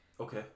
Okay